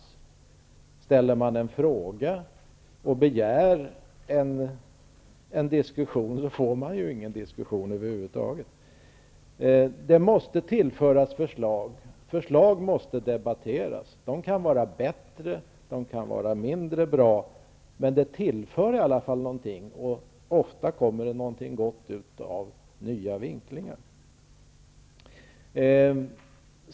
Ställer man en fråga och begär en diskussion får man ingen sådan. Förslag måste tillföras, och förslag måste debatteras. De kan vara bättre eller mindre bra, men de tillför i alla fall någonting, och ofta kommer det något gott av nya vinklingar.